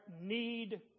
need